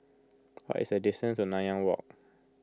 what is the distance to Nanyang Walk